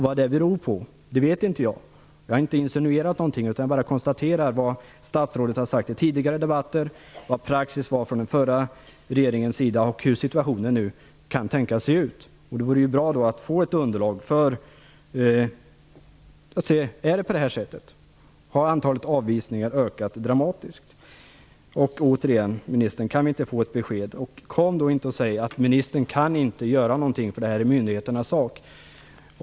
Vad det beror på vet inte jag. Jag har inte insinuerat någonting, utan jag bara konstaterar vad statsrådet har sagt i tidigare debatter, vad praxisen var från den förra regeringens sida och hur situationen nu kan tänkas se ut. Det vore bra att få ett underlag för att se om det verkligen är så att antalet avvisningar ökat dramatiskt. Kan vi inte, ministern, få ett besked? Kom då inte och säg att ministern inte kan göra någonting därför att det här är myndigheternas sak!